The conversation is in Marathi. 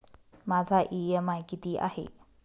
माझा इ.एम.आय किती आहे?